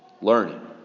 learning